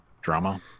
drama